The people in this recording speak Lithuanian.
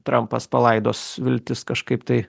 trampas palaidos viltis kažkaip tai